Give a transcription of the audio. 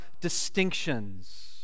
distinctions